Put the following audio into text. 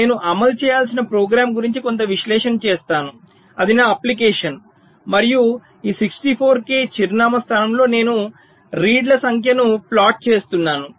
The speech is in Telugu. నేను అమలు చేయాల్సిన ప్రోగ్రామ్ గురించి కొంత విశ్లేషణ చేస్తాను అది నా అప్లికేషన్ మరియు ఈ 64 k చిరునామా స్థలంలో నేను రీడ్ల సంఖ్యను ప్లాట్ చేస్తున్నాను